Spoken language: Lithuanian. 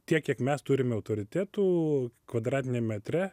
tiek kiek mes turime autoritetų kvadratiniam metre